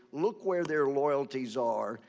look where their loyalties are,